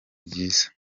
byiza